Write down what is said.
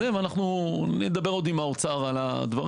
זו יחידה שחייבת זה ואנחנו נדבר עוד עם האוצר על הדברים.